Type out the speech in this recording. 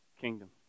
kingdom